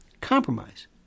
Compromise